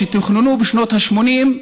שתוכננו בשנות ה-80,